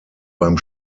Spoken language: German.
beim